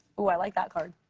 ooh, i like that card.